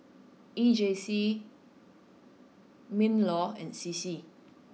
E J C Minlaw and C C